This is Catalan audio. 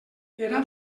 era